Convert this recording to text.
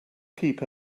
keep